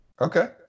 Okay